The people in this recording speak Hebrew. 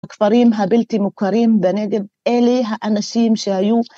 בכפרים הבלתי מוכרים בנגב, אלה האנשים שהיו...